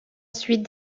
suite